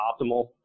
optimal